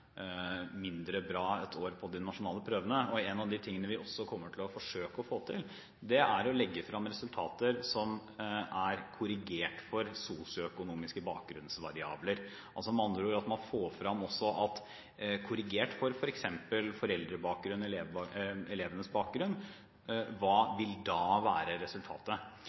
på de nasjonale prøvene et år, og én av tingene vi også kommer til å forsøke å få til, er å legge frem resultater som er korrigert for sosioøkonomiske bakgrunnsvariabler – med andre ord, at man også får frem hva resultatet, korrigert for f.eks. foreldrenes og elevenes bakgrunn, da vil være.